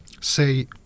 say